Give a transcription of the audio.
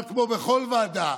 אבל כמו בכל ועדה